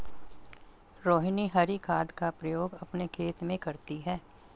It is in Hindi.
रोहिनी हरी खाद का प्रयोग अपने खेत में करती है